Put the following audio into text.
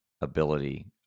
ability